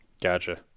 gotcha